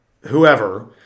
whoever